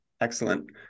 excellent